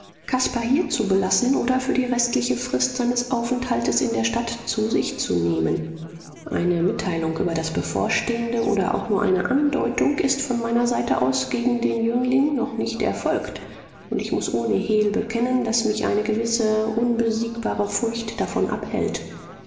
caspar hier zu belassen oder für die restliche frist seines aufenthaltes in der stadt zu sich zu nehmen eine mitteilung über das bevorstehende oder auch nur eine andeutung ist von meiner seite aus gegen den jüngling noch nicht erfolgt und ich muß ohne hehl bekennen daß mich eine gewisse unbesiegbare furcht davon abhält